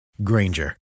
Granger